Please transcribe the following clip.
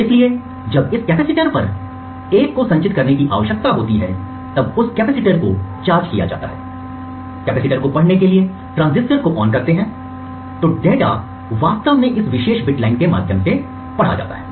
इसलिए जब इस कैपेसिटीर पर 1 को संचित करने की आवश्यकता होती है तब उस कैपेसिटीर को चार्ज किया जाता है कैपेसिटीर को पढ़ने के लिए ट्रांजिस्टर को ऑन किया जाता है तो डाटा वास्तव में इस विशेष बिटलाइन के माध्यम से पढ़ा जाता है